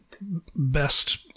best